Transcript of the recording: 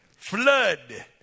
Flood